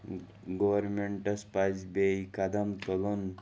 گورمٮ۪نٛٹَس پَزِ بیٚیہِ قدم تُلُن